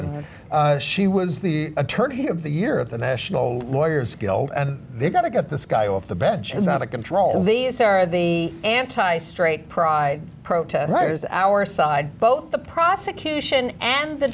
n she was the attorney of the year of the national lawyers guild and they've got to get this guy off the bench is out of control these are the anti straight pride protesters our side both the prosecution and the